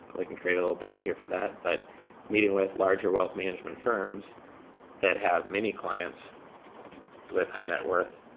like and we create a little bubble here for that, but meeting with larger wealth management firms that have many clients with high net worth